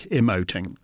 emoting